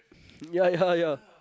ya ya ya